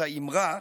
את האמרה: